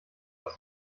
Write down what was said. aus